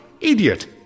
Idiot